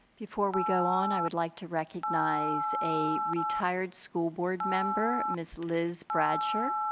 before we go on, i would like to recognize a retired school board member, ms. liz bradshire.